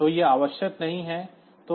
तो यह आवश्यक नहीं है